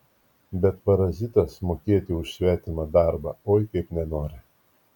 bet parazitas mokėti už svetimą darbą oi kaip nenori